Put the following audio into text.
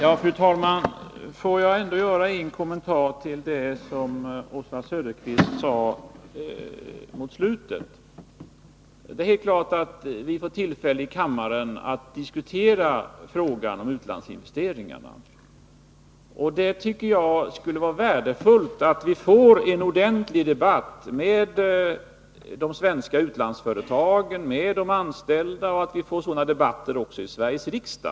Fru talman! Får jag ändå göra en kommentar till vad Oswald Söderqvist sade i slutet av sitt anförande. Det är helt klart att vi får tillfälle att i kammaren diskutera frågan om utlandsinvesteringar. Jag tycker att det vore värdefullt om vi finge en 145 ordentlig debatt med de svenska utlandsföretagen och med deras anställda. Det är också bra om vi får en sådan debatt i Sveriges riksdag.